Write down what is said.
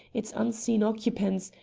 its unseen occupants,